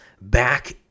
back